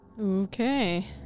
Okay